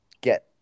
get